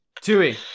Tui